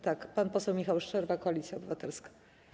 Tak, pan poseł Michał Szczerba, Koalicja Obywatelska.